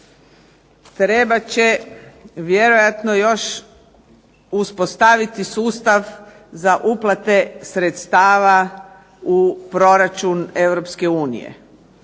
trebat će vjerojatno još uspostaviti sustav za uplate sredstava u proračun